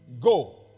Go